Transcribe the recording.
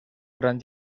gran